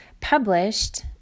published